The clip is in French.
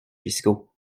fiscaux